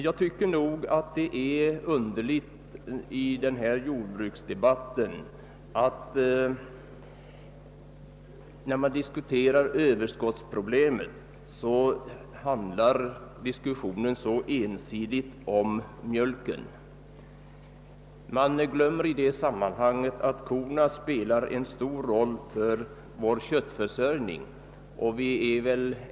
Jag tycker att det är underligt, när man i jordbruksdebatten diskuterar överskottsproblemen, att diskussionen så ensidigt handlar om mjölken. Man tycks glömma i detta sammanhang att korna spelar en stor roll för vår köttförsörjning.